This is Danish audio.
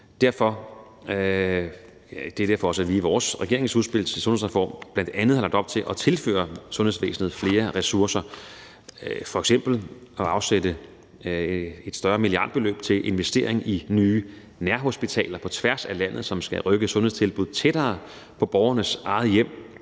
Det er derfor, at vi også i regeringens udspil til en sundhedsreform bl.a. har lagt op til at tilføre sundhedsvæsenet flere ressourcer, f.eks. ved at afsætte et større milliardbeløb til investering i nye nærhospitaler på tværs af landet, som skal rykke sundhedstilbuddene tættere på borgernes eget hjem.